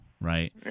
right